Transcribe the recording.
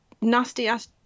nasty-ass